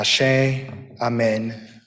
Amen